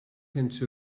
into